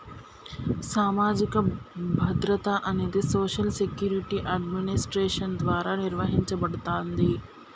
సామాజిక భద్రత అనేది సోషల్ సెక్యూరిటీ అడ్మినిస్ట్రేషన్ ద్వారా నిర్వహించబడతాంది